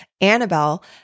Annabelle